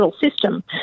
System